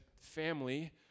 family